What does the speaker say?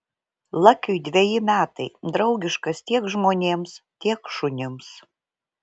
lakiui dveji metai draugiškas tiek žmonėms tiek šunims